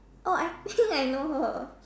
oh I think I know her